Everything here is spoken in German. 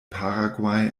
paraguay